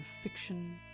fiction